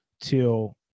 till